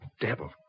devil